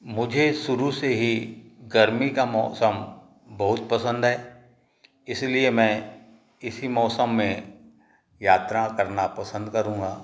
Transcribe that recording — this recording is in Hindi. मुझे शुरू से ही गर्मी का मौसम बहुत पसंद है इसलिए मैं इसी मौसम में यात्रा करना पसंद करूंगा